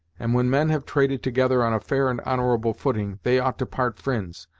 and when men have traded together on a fair and honourable footing they ought to part fri'nds,